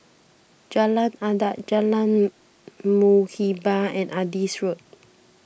Jalan Adat Jalan Muhibbah and Adis Road